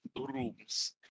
rooms